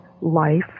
life